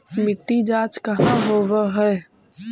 मिट्टी जाँच कहाँ होव है?